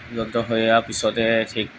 জড়িত হৈ আৰু পিছতে ঠিক